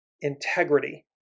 integrity